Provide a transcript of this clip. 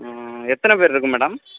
ம் எத்தனை பேர் இருக்கு மேடம்